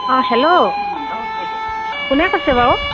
অঁ হেল্ল' অঁ কোনে কৈছে বাৰু